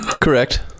Correct